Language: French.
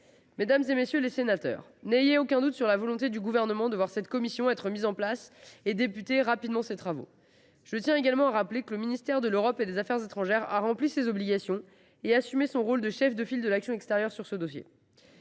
Mesdames, messieurs les sénateurs, n’ayez aucun doute quant à la volonté du Gouvernement de voir cette commission commencer rapidement ses travaux. Je tiens également à rappeler que, sur ce dossier, le ministère de l’Europe et des affaires étrangères a rempli ses obligations et assumé son rôle de chef de file de l’action extérieure. L’objectif